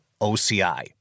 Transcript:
OCI